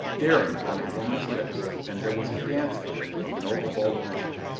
daring on a wom an's lips, and there was a dance with it of no cold measure.